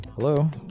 Hello